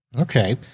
Okay